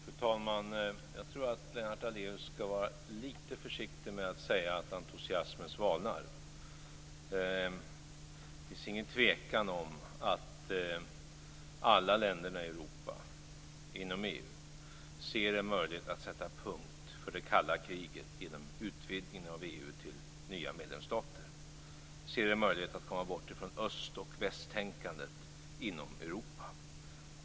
Fru talman! Jag tror att Lennart Daléus skall vara lite försiktig med att säga att entusiasmen svalnar. Det finns ingen tvekan om att alla länderna i Europa, inom EU, ser en möjlighet att sätta punkt för det kalla kriget genom utvidgningen av EU till nya medlemsstater. Man ser en möjlighet att komma bort från östoch väst-tänkandet inom Europa.